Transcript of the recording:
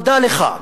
אבל דע לך,